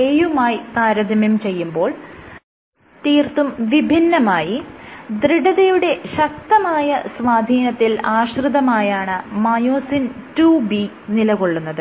IIA യുമായി താരതമ്യം ചെയ്യുമ്പോൾ തീർത്തും വിഭിന്നമായി ദൃഢതയുടെ ശക്തമായ സ്വാധീനത്തിൽ ആശ്രിതമായാണ് മയോസിൻ IIB നിലകൊള്ളുന്നത്